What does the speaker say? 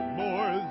more